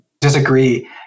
disagree